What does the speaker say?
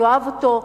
אני אוהב אותו,